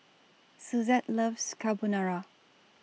Suzette loves Carbonara